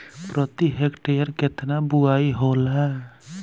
प्रति हेक्टेयर केतना बुआई होला?